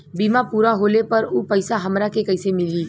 बीमा पूरा होले पर उ पैसा हमरा के कईसे मिली?